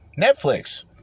Netflix